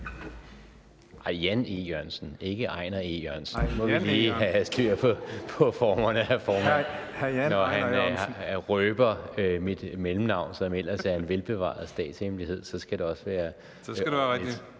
Jan E. Jørgensen, ikke Ejnar E. Jørgensen. Nu skal vi lige have styr på formerne, hr. formand. Når han røber mit mellemnavn, som ellers er en velbevaret statshemmelighed, så skal det også være rigtigt.